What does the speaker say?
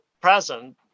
present